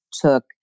took